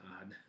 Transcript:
odd